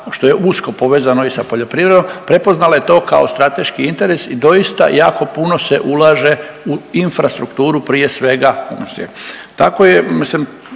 što je usko povezano i sa poljoprivredom. Prepoznala je to kao strateški interes i doista jako puno se ulaže u infrastrukturu prije svega.